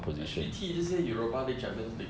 actually 踢这些 europa league champions league